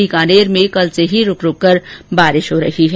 बीकानेर में कल से ही रूक रूक कर बारिश हो रही है